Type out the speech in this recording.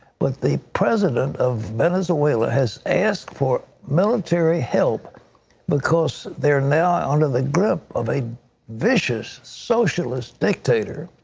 but the president of venezuela has asked for military help because they are now under the grip of a vicious socialist dictator,